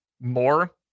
more